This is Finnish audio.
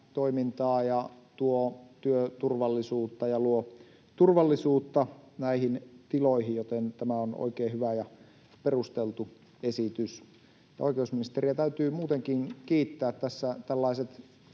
toimintaa ja tuo työturvallisuutta ja luo turvallisuutta näihin tiloihin, joten tämä on oikein hyvä ja perusteltu esitys. Oikeusministeriä täytyy muutenkin kiittää. Tällaiset